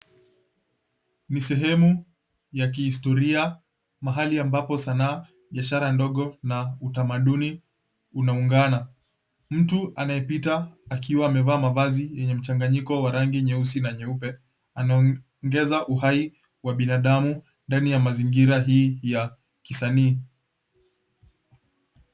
Ni sehemu ya kihistoria mahali ambapo sanaa, biashara ndogo na utamaduni unaungana. Mtu anayepita akiwa amevaa mavazi yenye mchanganyiko wa rangi nyeusi na nyeupe, anaongeza uhai wa binadamu ndani ya mazingira hii ya kisanii.